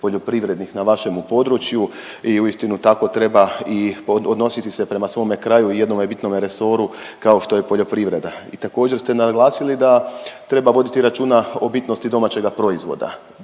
poljoprivrednih na vašemu području i uistinu tako treba i odnositi se prema svome kraju i jednome bitnome resoru kao što je poljoprivreda. I također ste naglasili da treba voditi računa o bitnosti domaćega proizvoda.